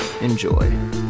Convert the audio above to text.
Enjoy